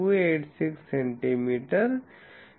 286 centimetre 10